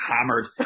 hammered